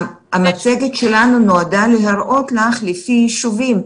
המצגת שלנו נועדה להראות לך לפי יישובים.